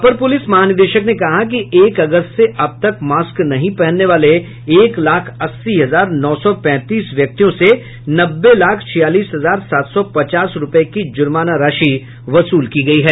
अपर पुलिस महानिदेशक ने कहा कि एक अगस्त से अब तक मास्क नहीं पहनने वाले एक लाख अस्सी हजार नौ सौ पैंतीस व्यक्तियों से नब्बे लाख छियालीस हजार सात सौ पचास रूपये की जुर्माना राशि वसूल की गयी है